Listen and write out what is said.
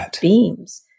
beams